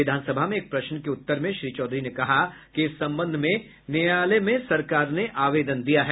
विधानसभा में एक प्रश्न के उत्तर में श्री चौधरी ने कहा कि इस संबंध में न्यायालय में सरकार ने आवेदन दिया है